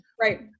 Right